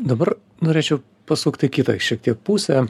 dabar norėčiau pasukt į kitą šiek tiek pusę